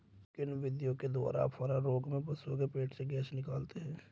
किन विधियों द्वारा अफारा रोग में पशुओं के पेट से गैस निकालते हैं?